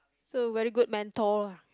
so very good mentor ah